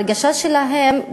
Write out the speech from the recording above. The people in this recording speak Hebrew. ההרגשה שלהן,